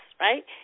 right